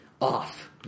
off